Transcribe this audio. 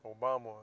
Obama